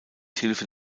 hilfe